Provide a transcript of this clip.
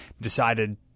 decided